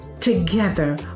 Together